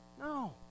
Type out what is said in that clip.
No